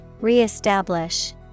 Re-establish